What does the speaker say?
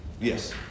Yes